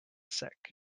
sick